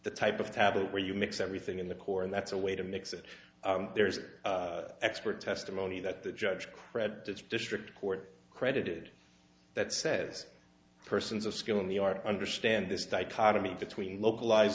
the type of tablet where you mix everything in the core and that's a way to mix it there is expert testimony that the judge credits district court credited that says persons of skill in the art understand this dichotomy between localized